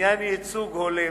לעניין ייצוג הולם,